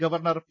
governor P